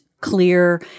clear